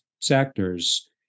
sectors